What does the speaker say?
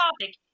topic